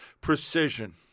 precision